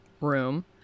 room